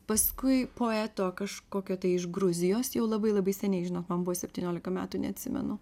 paskui poeto kažkokio tai iš gruzijos jau labai labai seniai žino man buvo septyniolika metų neatsimenu